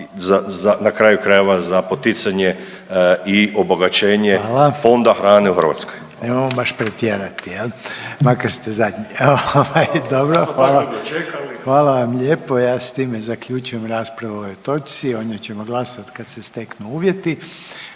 na kraju krajeva za poticanje i obogaćenje …/Upadica: Hvala./…